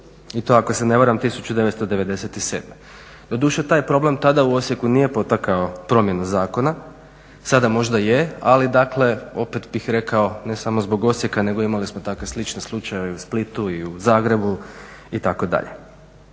i to ako se ne varam 1997. Doduše taj problem tada u Osijeku nije potakao promjenu zakona, sada možda i je, ali dakle, opet bih rekao, ne samo zbog Osijeka, nego imali smo takve slične slučajeve i u Splitu, i u Zagrebu, itd. Naime,